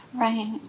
Right